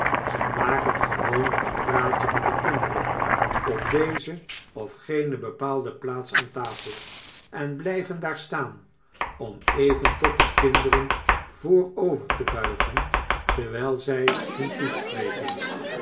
zy maken gewoonlyk een praatje met de kinderen op deze of gene bepaalde plaats aan tafel en bly ven daar staan om even tot de kinderen voorover te buigen terwyl zy hun toespreken